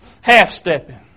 half-stepping